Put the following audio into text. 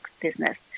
business